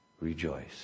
rejoice